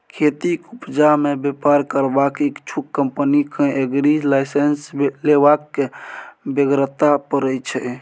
खेतीक उपजा मे बेपार करबाक इच्छुक कंपनी केँ एग्री लाइसेंस लेबाक बेगरता परय छै